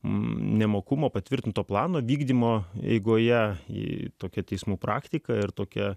nemokumą patvirtinto plano vykdymo eigoje ji tokia teismų praktika ir tokia